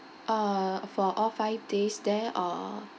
uh for all five days there or